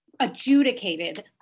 adjudicated